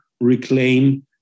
reclaim